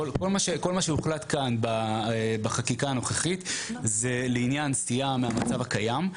כל מה שהוחלט כאן בחקיקה הנוכחית זה לעניין סטייה מהמצב הקיים.